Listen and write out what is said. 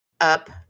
up